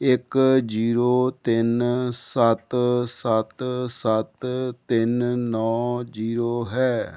ਇੱਕ ਜੀਰੋ ਤਿੰਨ ਸੱਤ ਸੱਤ ਸੱਤ ਤਿੰਨ ਨੌਂ ਜੀਰੋ ਹੈ